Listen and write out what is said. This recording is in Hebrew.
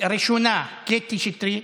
הראשונה קטי שטרית,